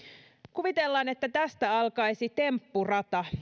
kuvitellaan että tästä alkaisi temppurata